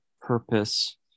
purpose